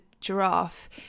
giraffe